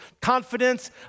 confidence